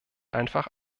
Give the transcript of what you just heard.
einfach